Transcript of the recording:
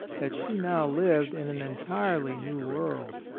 that she now lived in an entirely new world.